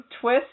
twist